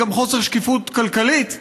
זה גם חוסר שקיפות כלכלית,